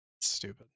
Stupid